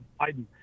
Biden